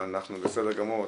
אבל אנחנו בסדר גמור.